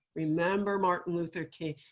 remember martin luther king.